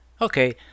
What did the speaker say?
Okay